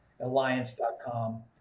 alliance.com